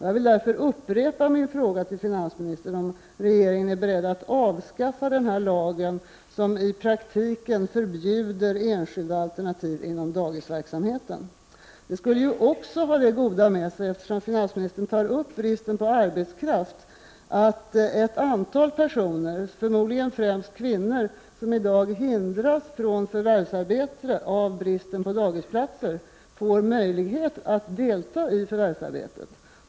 Jag vill därför upprepa min fråga till finansministern om regeringen är beredd att avskaffa den här lagen, som i praktiken förbjuder enskilda alternativ inom daghemsverksamheten. Det skulle också ha det goda med sig — eftersom finansministern tar upp bristen på arbetskraft — att ett antal personer, förmodligen främst kvinnor, som i dag hindras från förvärvsarbete på grund av bristen på daghemsplatser får möjlighet att delta i förvärvsarbetet.